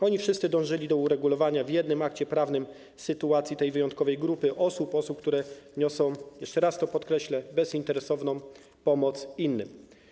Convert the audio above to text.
Oni wszyscy dążyli do uregulowania w jednym akcie prawnym sytuacji tej wyjątkowej grupy osób, osób, które niosą, jeszcze raz to podkreślę, bezinteresowną pomoc innym.